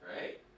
right